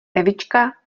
evička